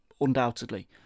undoubtedly